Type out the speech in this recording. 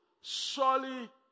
Surely